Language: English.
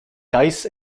dice